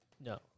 No